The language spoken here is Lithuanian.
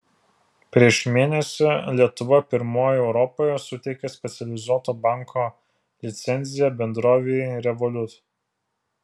prieš mėnesį lietuva pirmoji europoje suteikė specializuoto banko licenciją bendrovei revolut